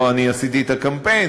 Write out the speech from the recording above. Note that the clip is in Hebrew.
לא אני עשיתי את הקמפיין,